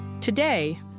Today